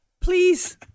please